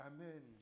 Amen